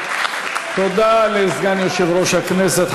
תודה לסגן יושב-ראש הכנסת,